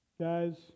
Guys